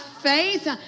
faith